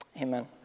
amen